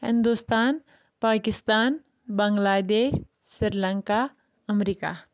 Hindustan Pakistan Bangladesh Sri Lanka America